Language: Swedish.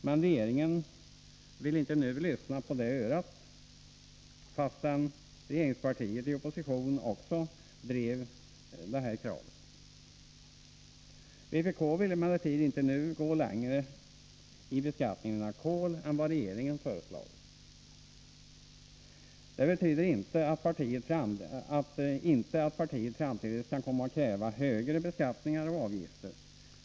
Men regeringen vill inte nu lyssna på det örat, fastän regeringspartiet i opposition också drev det kravet. Vpk vill emellertid inte nu gå längre i beskattningen av kol än vad regeringen föreslagit. Det betyder inte att partiet framdeles kan komma att kräva högre skatter och avgifter.